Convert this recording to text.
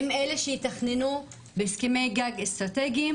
הן אלה שיתכננו בהסכמי גג אסטרטגיים.